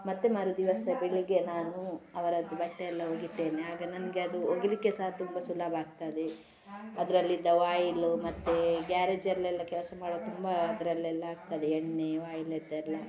ಮತ್ತೆ ಮರು ದಿವಸ ಬೆಳಿಗ್ಗೆ ನಾನು ಅವರದ್ದು ಬಟ್ಟೆ ಎಲ್ಲ ಒಗಿತೇನೆ ಆಗ ನನಗೆ ಅದು ಒಗಿಲಿಕ್ಕೆ ಸಹ ತುಂಬ ಸುಲಭ ಆಗ್ತದೆ ಅದ್ರಲ್ಲಿದ್ದ ವಾಯಿಲು ಮತ್ತೇ ಗ್ಯಾರೇಜಲೆಲ್ಲ ಕೆಲಸ ಮಾಡುವಾಗ ತುಂಬಾ ಅದರಲ್ಲೆಲ್ಲ ಆಗ್ತದೆ ಎಣ್ಣೆ ವಾಯ್ಲದ್ದೆಲ್ಲ